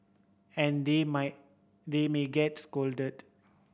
and they might they may get scolded